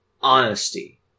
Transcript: honesty